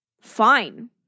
fine